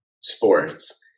sports